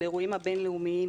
אירועים הבין-לאומיים